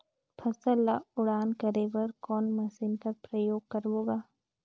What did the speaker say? फसल ल उड़ान करे बर कोन मशीन कर प्रयोग करबो ग?